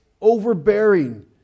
overbearing